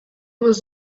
was